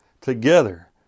together